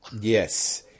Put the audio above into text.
Yes